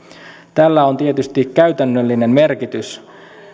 tällä on tietysti käytännöllinen merkitys